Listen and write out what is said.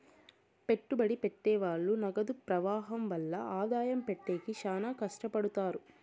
పెట్టుబడి పెట్టె వాళ్ళు నగదు ప్రవాహం వల్ల ఆదాయం పెంచేకి శ్యానా కట్టపడుతారు